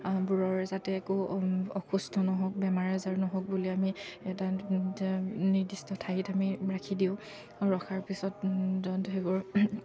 বোৰৰ যাতে একো অসুস্থ নহওক বেমাৰ আজাৰ নহওক বুলি আমি এটা নিৰ্দিষ্ট ঠাইত আমি ৰাখি দিওঁ ৰখাৰ পিছত ধৰিবৰ